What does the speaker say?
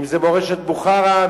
אם מורשת בוכרה,